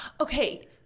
Okay